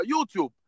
YouTube